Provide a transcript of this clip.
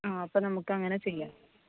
ആ അപ്പോൾ നമുക്കങ്ങനെ ചെയ്യാം